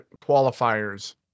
qualifiers